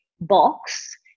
box